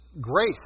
grace